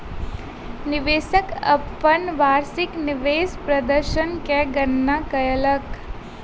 निवेशक अपन वार्षिक निवेश प्रदर्शन के गणना कयलक